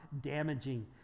damaging